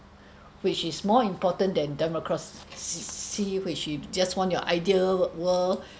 which is more important than democracy which you just want your ideal world